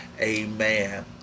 Amen